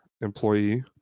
employee